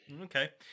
Okay